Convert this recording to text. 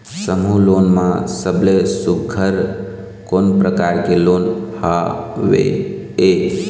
समूह लोन मा सबले सुघ्घर कोन प्रकार के लोन हवेए?